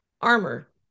armor